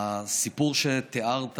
הסיפור שתיארת